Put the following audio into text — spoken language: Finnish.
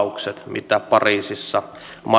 lupaukset mitä pariisissa